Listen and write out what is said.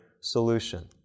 solution